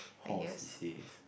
halls these days